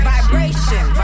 Vibration